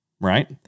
right